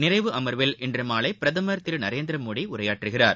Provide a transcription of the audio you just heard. நிறைவு அமர்வில் இன்றுமாலைபிரதமர் திருநரேந்திரமோடிஉரையாற்றுகிறார்